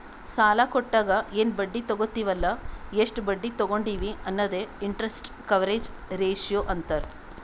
ಸಾಲಾ ಕೊಟ್ಟಾಗ ಎನ್ ಬಡ್ಡಿ ತಗೋತ್ತಿವ್ ಅಲ್ಲ ಎಷ್ಟ ಬಡ್ಡಿ ತಗೊಂಡಿವಿ ಅನ್ನದೆ ಇಂಟರೆಸ್ಟ್ ಕವರೇಜ್ ರೇಶಿಯೋ ಅಂತಾರ್